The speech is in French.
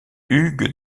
hugues